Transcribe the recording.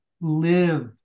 live